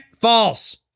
false